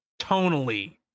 tonally